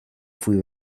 fuí